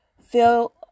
Feel